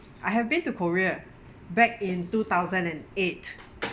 I have been to korea back in two thousand and eight